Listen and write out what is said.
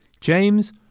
James